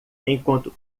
enquanto